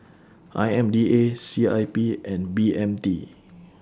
I M DA C I P and B M T